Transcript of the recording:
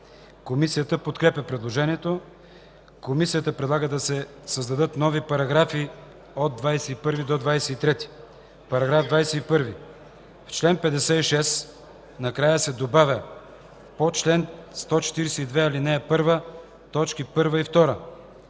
Комисията подкрепя предложението. Комисията предлага да се създадат нови параграфи от § 21 до § 23: „§ 23. В чл. 56 накрая се добавя „по чл. 142, ал. 1, т. 1 и 2”.